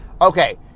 Okay